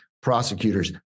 prosecutors